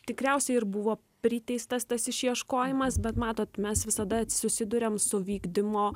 tikriausiai ir buvo priteistas tas išieškojimas bet matot mes visada susiduriam su vykdymo